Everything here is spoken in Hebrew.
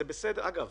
אגב,